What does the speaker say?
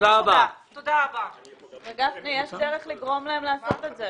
יש דרך לגרום להם לעשות את זה,